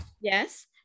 yes